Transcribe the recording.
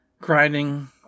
Grinding